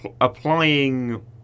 applying